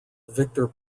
victor